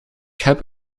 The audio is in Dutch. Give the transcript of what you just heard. heb